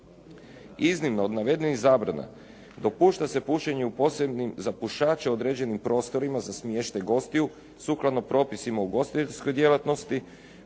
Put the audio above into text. Iznimno od navedenih zabrana dopušta se pušenje u posebnim za pušače određenim prostorima za smještaj gostiju sukladno propisima ugostiteljske djelatnosti,